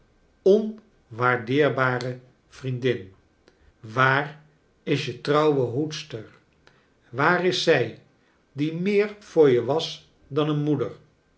onwaardeerbare vriendin waar is je trouwe hoedster waar is zij die meer voor je was dan een moeder